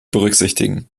berücksichtigen